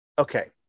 okay